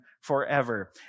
forever